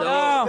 לא,